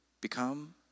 become